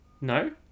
No